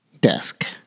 desk